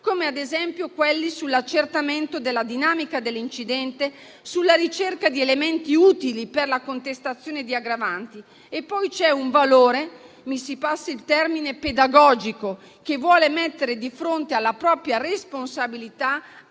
come quelli sull'accertamento della dinamica dell'incidente o sulla ricerca di elementi utili per la contestazione di aggravanti. C'è poi un valore pedagogico, mi si passi il termine, che vuole mettere di fronte alla propria responsabilità